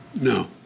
No